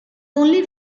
only